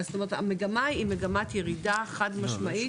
כלומר המגמה היא מגמת ירידה חד משמעית